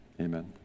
amen